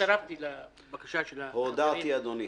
הצטרפתי לבקשה של החברים -- הודעתי, אדוני.